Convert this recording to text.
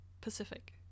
Pacific